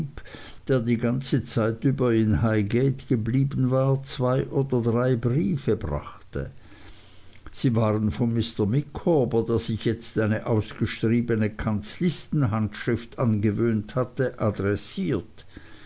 der die ganze zeit über in highgate geblieben war zwei oder drei briefe brachte sie waren von mr micawber der sich jetzt eine ausgeschriebene kanzlistenhandschrift angewöhnt hatte adressiert